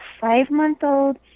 five-month-old